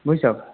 বুইছ